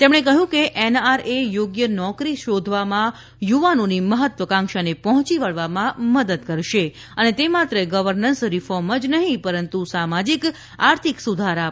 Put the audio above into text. તેમણે કહ્યું કે એનઆરએ યોગ્ય નોકરી શોધવામાં યુવાનોની મહત્વાકાંક્ષાને પહોંચી વળવામાં મદદ કરશે અને તે માત્ર ગવર્નન્સ રિફોર્મ જ નહીં પરંતુ સામાજિક આર્થિક સુધારા પણ છે